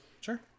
Sure